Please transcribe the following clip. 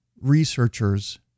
researchers